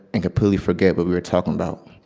and completely forget what we were talking about.